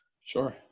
Sure